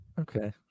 Okay